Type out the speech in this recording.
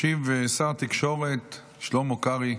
ישיב שר התקשורת שלמה קרעי,